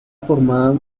formada